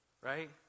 Right